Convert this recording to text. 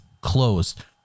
closed